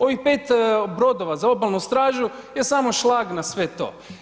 Ovih 5 brodova za obalnu stražu je samo šlag na sve to.